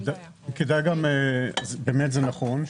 זה נכון.